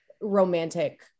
romantic